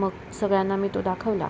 मग सगळ्यांना मी तो दाखवला